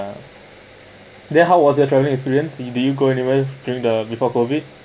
ya ya then how was your travelling experience you did you go anywhere during the before COVID